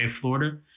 Florida